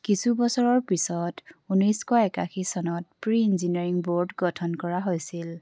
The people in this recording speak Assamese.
কিছু বছৰৰ পিছত ঊনৈছশ একাশী চনত প্ৰি ইঞ্জিনিয়াৰিং বোৰ্ড গঠন কৰা হৈছিল